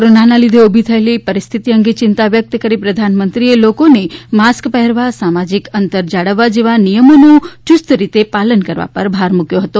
કોરોનાના લીધે ઉલી થયેલી પરિસ્થિતિ અંગે ચિંતા વ્યક્ત કરીને પ્રધાનમંત્રીએ લોકોનો માસ્ક પહેરવા સામાજીક અંતર જાળવવા જેવા નિયમોનું યૂસ્તરીતે પાલન કરવા ઉપર ભાર મૂક્યો હતો